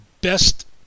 best